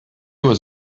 was